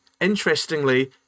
interestingly